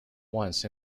once